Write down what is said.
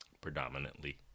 predominantly